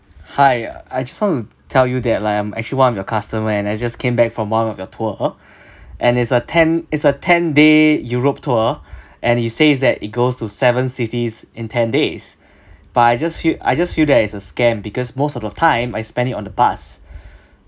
hi I just want to tell you that like I'm actually one of your customer and I just came back from one of your tour and is a ten is a ten day europe tour and it says that it goes to seven cities in ten days but I just feel I just feel that it's a scam because most of the time I spend it on the bus